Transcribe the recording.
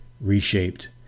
reshaped